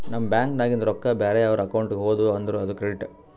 ನಮ್ ಬ್ಯಾಂಕ್ ನಾಗಿಂದ್ ರೊಕ್ಕಾ ಬ್ಯಾರೆ ಅವ್ರ ಅಕೌಂಟ್ಗ ಹೋದು ಅಂದುರ್ ಅದು ಕ್ರೆಡಿಟ್